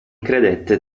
credette